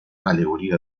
alegoría